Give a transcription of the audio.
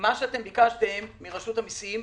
מה שביקשתם מרשות המיסים,